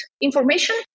information